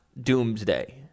doomsday